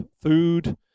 food